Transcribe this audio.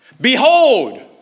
Behold